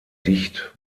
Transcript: dicht